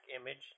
image